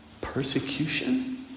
persecution